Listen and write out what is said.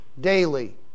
daily